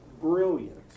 brilliant